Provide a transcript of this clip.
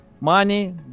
Money